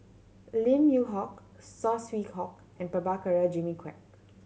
Lim Yew Hock Saw Swee Hock and Prabhakara Jimmy Quek